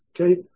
Okay